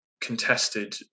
contested